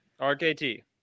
RKT